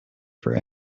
for